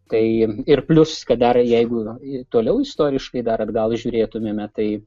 tai ir plius kad dar jeigu toliau istoriškai dar atgal žiūrėtumėme tai